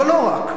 אבל לא רק,